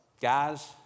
Guys